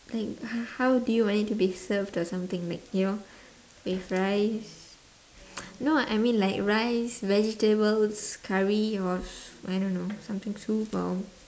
like h~ how do you want it to be served or something like you know with rice no I mean like rice vegetables curry or I don't know something soup or